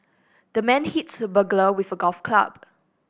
the man hits the burglar with a golf club